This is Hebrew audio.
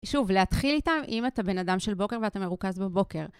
שוב, להתחיל איתם אם אתה בן אדם של בוקר ואתה מרוכז בבוקר.